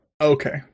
Okay